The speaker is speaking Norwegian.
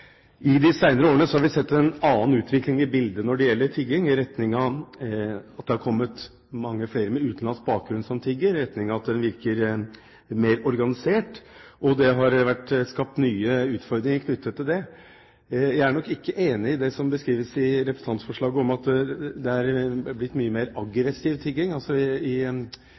I de senere årene har vi sett en annen utvikling i bildet når det gjelder tigging, i retning av at det har kommet mange flere med utenlandsk bakgrunn som tigger, i retning av at tiggingen har virket mer organisert, og det har vært skapt nye utfordringer knyttet til det. Jeg er nok ikke enig i det som beskrives i representantforslaget, at det har blitt mye mer aggressiv tigging. I